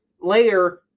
layer